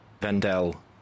Vendel